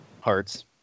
Hearts